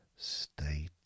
state